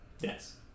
Yes